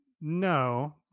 no